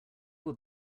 will